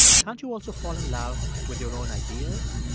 can't you also fall in love with your own ideas,